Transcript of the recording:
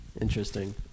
Interesting